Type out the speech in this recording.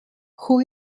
who